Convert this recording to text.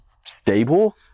stable